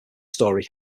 story